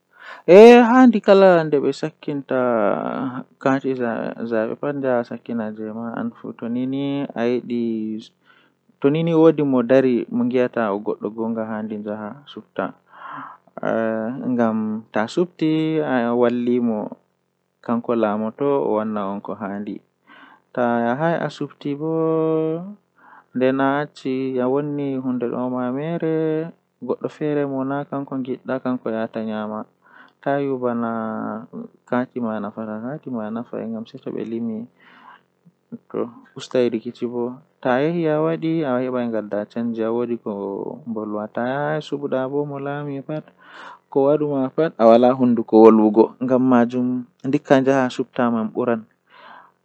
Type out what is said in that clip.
Midon laara waya am haa nyande kasata nde temmere haa nyalande midon yaaba nde temerre soo haa asaweere tomi hawri dun nangan midon yaaba nde temerre jweedidi.